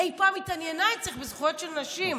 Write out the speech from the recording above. אי פעם התעניינה אצלה בזכויות של נשים,